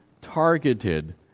targeted